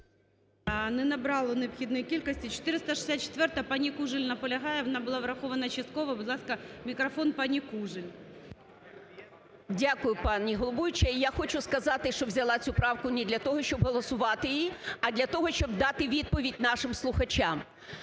Не набрала необхідної кількості. 464-а. Пані Кужель наполягає, вона була врахована частково. Будь ласка, мікрофон пані Кужель. 11:42:35 КУЖЕЛЬ О.В. Дякую, пані головуюча. Я хочу сказати, що взяла цю правку не для того, щоб голосувати її, а для того, щоб дати відповідь нашим слухачам.